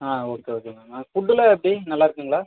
ஆ okay okay ma'am புட்டெல்லாம் எப்படி நல்லா இருக்கும்ங்களா